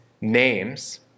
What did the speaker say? names